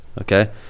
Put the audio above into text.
Okay